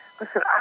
Listen